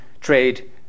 trade